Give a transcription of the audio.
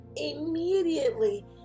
immediately